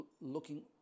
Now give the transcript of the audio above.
looking